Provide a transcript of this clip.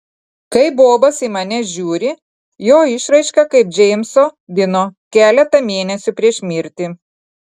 kai bobas į mane žiūri jo išraiška kaip džeimso dino keletą mėnesių prieš mirtį